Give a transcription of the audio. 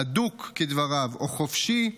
אדוק או חופשי,